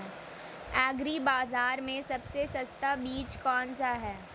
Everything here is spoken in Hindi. एग्री बाज़ार में सबसे सस्ता बीज कौनसा है?